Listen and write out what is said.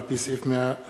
על-פי סעיף 151